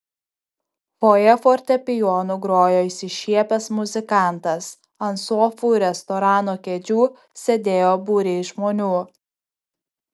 fojė fortepijonu grojo išsišiepęs muzikantas ant sofų ir restorano kėdžių sėdėjo būriai žmonių